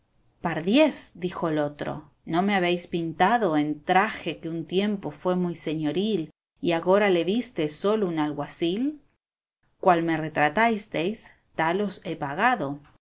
pardiez dijo el otro no me habéis pintado en traje que un tiempo fué muy señoril y agora le viste sólo un alguacil cual me retratasteis tal os he pagado